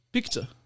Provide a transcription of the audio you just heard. Picture